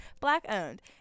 Black-owned